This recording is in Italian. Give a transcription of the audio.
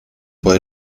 puoi